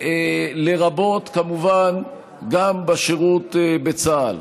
לרבות כמובן בשירות בצה"ל.